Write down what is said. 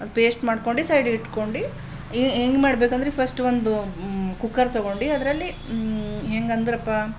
ಅದು ಪೇಸ್ಟ್ ಮಾಡ್ಕೊಂಡು ಸೈಡ್ಗೆ ಇಟ್ಕೊಂಡು ಹೆಂಗೆ ಮಾಡ್ಬೇಕಂದ್ರೆ ಫಸ್ಟ್ ಒಂದು ಕುಕ್ಕರ್ ತೊಗೊಂಡು ಅದರಲ್ಲಿ ಹೆಂಗೆ ಅಂದ್ರಪಾ